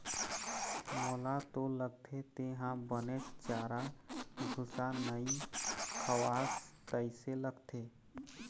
मोला तो लगथे तेंहा बने चारा भूसा नइ खवास तइसे लगथे